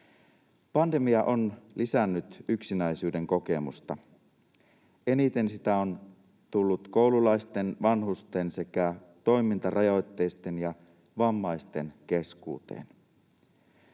Pandemia on lisännyt yksinäisyyden kokemusta. Eniten sitä on tullut koululaisten, vanhusten sekä toimintarajoitteisten ja vammaisten keskuuteen.